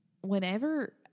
whenever